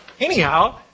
Anyhow